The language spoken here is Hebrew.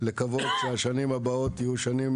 לקוות שהשנים הבאות יהיו שנים